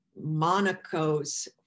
Monaco's